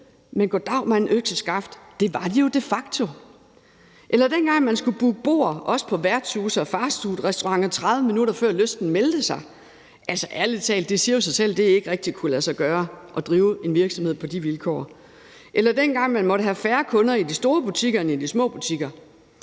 men goddaw mand økseskaft – det var de jo de facto. Eller hvad med dengang man skulle booke bord også på værtshuse og fastfoodrestauranter, 30 minutter før lysten meldte sig? Ærlig talt; det siger jo sig selv, at det ikke rigtig kunne lade sig gøre at drive en virksomhed på de vilkår. Eller dengang man måtte have færre kunder i de store butikker end i de små butikker.